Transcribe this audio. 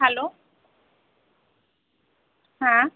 hello হ্যাঁ